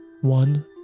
one